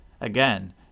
Again